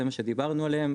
זה מה שדיברנו עליהם,